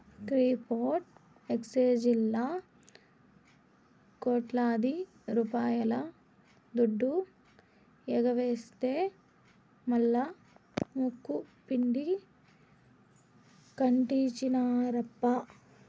crypto ఎక్సేంజీల్లా కోట్లాది రూపాయల దుడ్డు ఎగవేస్తె మల్లా ముక్కుపిండి కట్టించినార్ప